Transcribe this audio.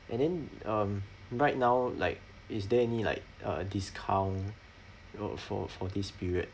and then um right now like is there any like a discount you know for for this period